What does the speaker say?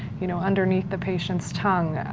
you know, underneath the patient's tongue,